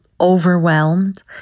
overwhelmed